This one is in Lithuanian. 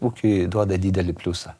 ūkiui duoda didelį pliusą